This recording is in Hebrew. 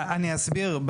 אני אסביר.